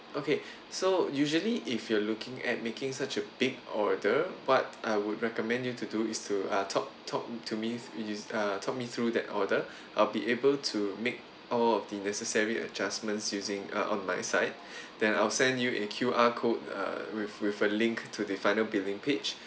okay so usually if you're looking at making such a big order what I would recommend you to do is to uh talk talk to me which is uh talk me through that order I'll be able to make all of the necessary adjustments using uh on my side then I'll send you a Q_R code uh with with a link to the final billing page